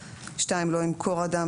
(2) לא ימכור אדם,